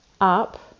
up